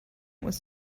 was